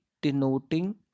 denoting